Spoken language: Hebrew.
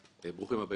למה דווקא המחוקק?